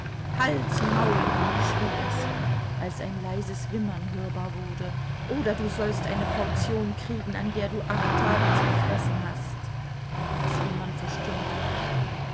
halts maul schrie es als ein leises wimmern hörbar wurde oder du sollst eine portion kriegen an der du acht tage zu fressen hast das wimmern verstummte nicht